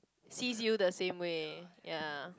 sees you the same way ya